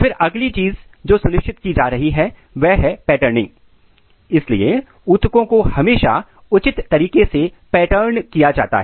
फिर अगली चीज जो सुनिश्चित की जा रही है वह है पैटर्निंग इसलिए ऊतकों को हमेशा उचित तरीके से पैटर्न किया जाता है